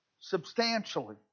Substantially